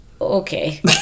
Okay